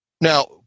Now